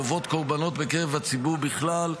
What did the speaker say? גובות קורבנות בקרב הציבור בכלל.